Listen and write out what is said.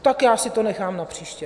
Tak já si to nechám na příště.